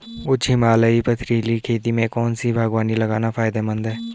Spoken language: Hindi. उच्च हिमालयी पथरीली खेती में कौन सी बागवानी लगाना फायदेमंद है?